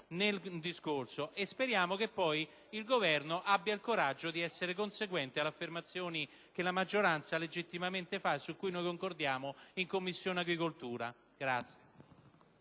nel lavoro e speriamo che poi il Governo abbia il coraggio di essere conseguente alle affermazioni che la maggioranza legittimamente fa e su cui noi concordiamo in Commissione agricoltura.